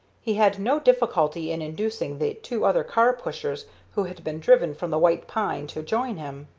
he had no difficulty in inducing the two other car-pushers who had been driven from the white pine to join him,